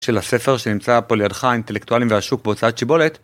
של הספר שנמצא פה לידך, האינטלקטואלים והשוק בהוצאת שיבולת